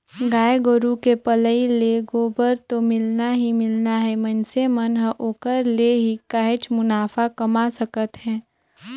गाय गोरु के पलई ले गोबर तो मिलना ही मिलना हे मइनसे मन ह ओखरे ले ही काहेच मुनाफा कमा सकत हे